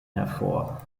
hervor